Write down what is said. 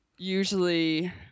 Usually